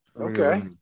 Okay